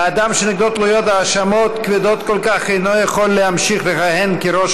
אדם שנגדו תלויות האשמות כבדות כל כך אינו יכול להמשיך לכהן כראש